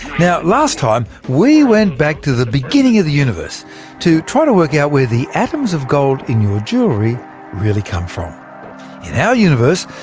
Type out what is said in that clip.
now last time, we went back to the beginning of the universe to try to work out where the atoms of gold in your jewellery really come from. in our universe,